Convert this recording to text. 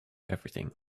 everything